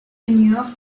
ignore